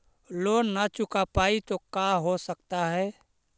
Loan न चुका पाई तो का हो सकता है?